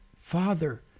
Father